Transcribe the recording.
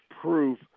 proof